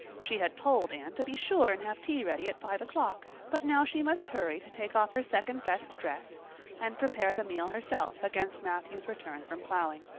she had told anne to be sure and have tea ready at five o'clock, but now she must hurry to take off her second-best dress and prepare the meal herself against matthew's return from plowing.